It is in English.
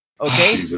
okay